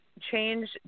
change